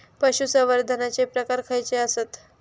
पशुसंवर्धनाचे प्रकार खयचे आसत?